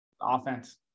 offense